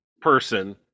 person